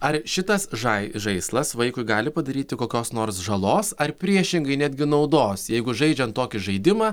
ar šitas žai žaislas vaikui gali padaryti kokios nors žalos ar priešingai netgi naudos jeigu žaidžiant tokį žaidimą